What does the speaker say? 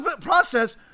process